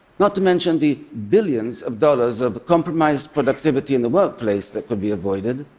not to mention the billions of dollars of compromised productivity in the workplace that could be avoided.